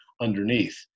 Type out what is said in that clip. underneath